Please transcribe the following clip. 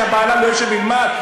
שבעלה לא ישב וילמד?